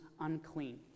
unclean